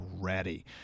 ready